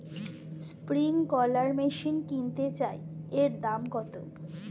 Sprinkler machine কিনতে চাই এর দাম কত?